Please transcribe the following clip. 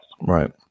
Right